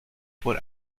por